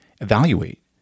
evaluate